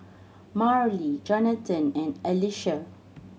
Marlie Jonatan and Alicia